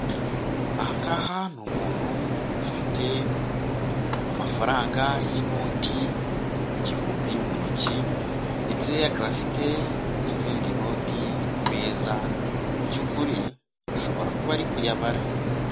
Aha ngaha ni umuntu ufite amafaranga y'inoti y’igihumbi mu ntoki, ndetse akaba afite n'izindi noti ku meza. Mu by'ukuri ashobora kuba ari kuyabara.